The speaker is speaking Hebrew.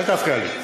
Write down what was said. אל תפריע לי.